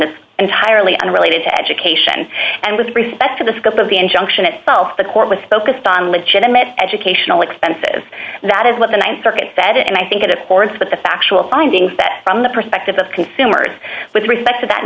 is entirely unrelated to education and with respect to the scope of the injunction itself the court was focused on legitimate educational expenses and that is what the th circuit said and i think it of course but the factual findings that from the perspective of consumers with respect to that